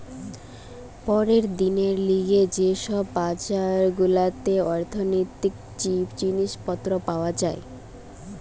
পরের দিনের লিগে যে সব বাজার গুলাতে অর্থনীতির জিনিস পত্র পাওয়া যায়